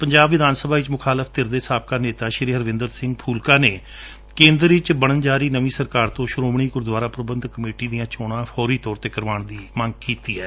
ਪੰਜਾਬ ਵਿਧਾਨ ਸਭਾ ਵਿੱਚ ਮੁਖਾਲਫ ਧਿਰ ਦੇ ਸਾਬਕਾ ਨੇਤਾ ਸ਼੍ਰੀ ਹਰਵਿੰਦਰ ਸਿੰਘ ਫੂਲਕਾ ਨੇ ਕੇਂਦਰ ਵਿੱਚ ਬਣਨ ਜਾ ਰਹੀ ਨਵੀ ਸਰਕਾਰ ਤੋਂ ਸ਼ਰੋਮਣੀ ਗੁਰੂਦੁਆਰਾ ਪ੍ਰਬੰਧਕ ਕਮੇਟੀ ਦੀਆਂ ਚੌਣਾਂ ਫੌਰੀ ਤੌਰ ਉਂਤੇ ਕਰਵਾਉਣ ਦੀ ਮੰਗ ਕੀਡੀ ਹੈ